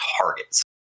targets